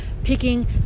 Picking